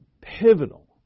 pivotal